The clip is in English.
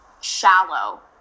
shallow